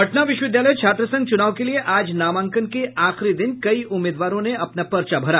पटना विश्वविद्यालय छात्र संघ चूनाव के लिये आज नामांकन के आखिरी दिन कई उम्मीदवारों ने अपना पर्चा भरा